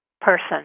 person